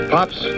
Pops